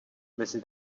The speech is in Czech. mezi